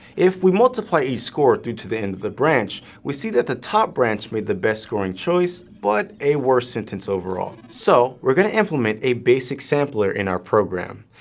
if we multiply each score through to the end of the branch, we see that the top branch, made the best scoring choice, but a worse sentence overall. so we're going to implement a basic sampler in our program.